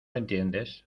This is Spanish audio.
entiendes